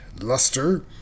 Luster